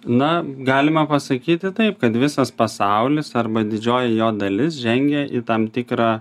na galima pasakyti taip kad visas pasaulis arba didžioji jo dalis žengia į tam tikrą